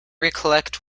recollect